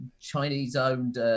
Chinese-owned